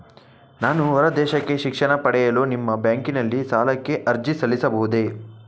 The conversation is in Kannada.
ನಾನು ಹೊರದೇಶಕ್ಕೆ ಶಿಕ್ಷಣ ಪಡೆಯಲು ನಿಮ್ಮ ಬ್ಯಾಂಕಿನಲ್ಲಿ ಸಾಲಕ್ಕೆ ಅರ್ಜಿ ಸಲ್ಲಿಸಬಹುದೇ?